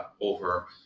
over